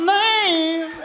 name